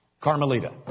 Carmelita